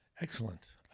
Excellent